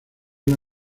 una